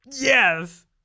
Yes